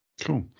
cool